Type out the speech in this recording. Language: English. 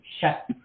shut